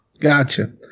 Gotcha